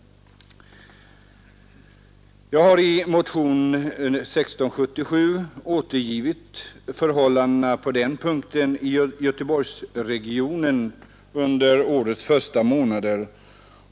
29 maj 1972 Jag har i motionen 1677 återgivit förhållandena i Göteborgsområdet ————— under årets första månader.